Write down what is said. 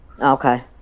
Okay